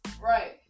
Right